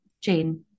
Jane